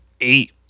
eight